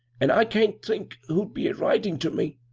an' i can't think who'd be a-writin' ter me.